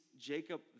Jacob